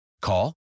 Call